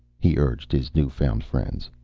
he urged his new-found friends,